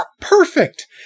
perfect